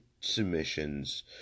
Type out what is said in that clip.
submissions